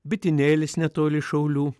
bitinėlis netoli šaulių